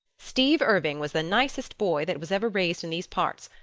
steve irving was the nicest boy that was ever raised in these parts,